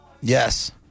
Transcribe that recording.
Yes